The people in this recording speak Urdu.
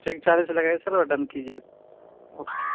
ٹھیک ہے چالیس لگائیے سر اور ڈن کیجیے اوکے